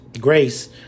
grace